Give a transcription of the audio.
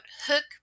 hook